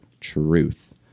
truth